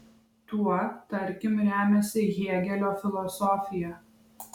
tuo tarkim remiasi hėgelio filosofija